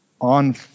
on